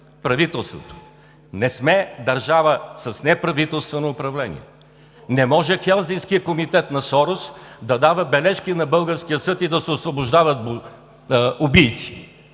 правителството. Не сме държава с неправителствено управление! Не може Хелзинкският комитет на Сорос да дава бележки на българския съд и да се освобождават убийци